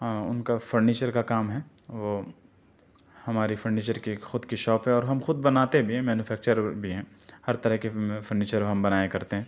اُن کا فرنیچر کا کام ہے وہ ہماری فرنیچر کی خود کی شاپ ہے اور ہم خود بناتے بھی ہیں مینوفیکچر بھی ہیں ہر طرح کے فرنیچر ہم بنایا کرتے ہیں